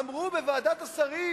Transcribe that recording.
אמרו בוועדת השרים